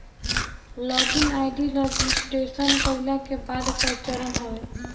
log in ID registration कईला के बाद कअ चरण हवे